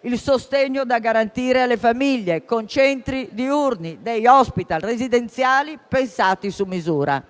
il sostegno da garantire alle famiglie, con centri diurni residenziali (*day hospital*) pensati su misura.